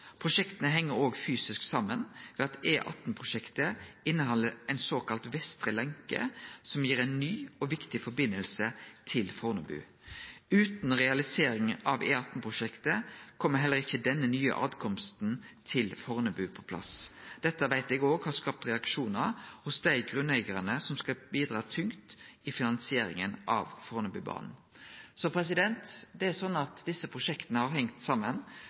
Prosjekta heng også fysisk saman ved at E18-prosjektet inneheld ei såkalla vestre lenke som gir ein ny og viktig forbindelse til Fornebu. Utan realisering av E18-prosjektet kjem heller ikkje denne nye tilkomsten til Fornebu på plass. Dette veit eg at har skapt reaksjonar hos dei grunneigarane som skal bidra tungt i finansieringa av Fornebubanen. Det er slik at desse prosjekta har hange saman